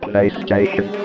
PlayStation